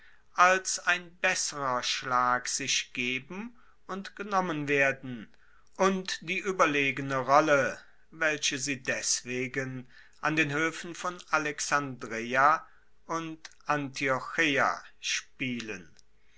als ein besserer schlag sich geben und genommen werden und die ueberlegene rolle welche sie deswegen an den hoefen von alexandreia und antiocheia spielen